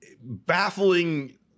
baffling